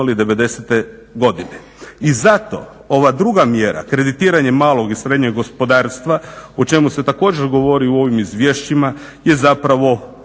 I zato ova druga mjera, kreditiranje malog i srednjeg gospodarstva o čemu se također govori u ovim izvješćima je zapravo ključ.